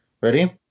Ready